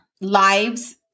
lives